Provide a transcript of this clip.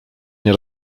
nie